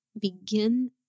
begin